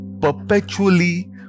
perpetually